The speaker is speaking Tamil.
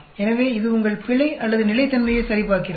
எனவே இது உங்கள் பிழை அல்லது நிலைத்தன்மையை சரிபார்க்கிறது